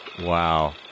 Wow